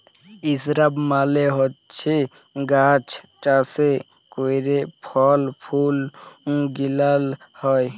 ইসরাব মালে হছে গাহাচ যাতে ক্যইরে ফল ফুল গেলাল হ্যয়